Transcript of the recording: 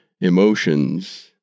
emotions